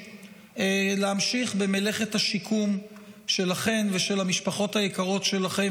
להמשיך במלאכת השיקום שלכן ושל המשפחות היקרות שלכן.